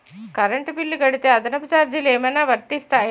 Current bill కడితే అదనపు ఛార్జీలు ఏమైనా వర్తిస్తాయా?